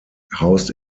housed